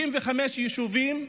35 יישובים,